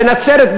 ונצרת,